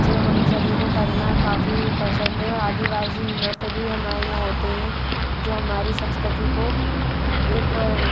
जो हम सभी को करना काफ़ी पसंद है और आदिवासी नृत्य भी हमारे यहाँ होते हैं जो हमारी संस्कृति को एक